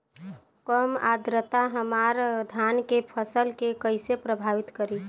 कम आद्रता हमार धान के फसल के कइसे प्रभावित करी?